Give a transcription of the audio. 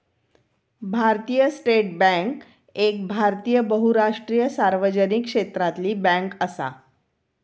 भारतीय state bank एक भारतीय बहुराष्ट्रीय सार्वजनिक क्षेत्रातली बॅन्क असा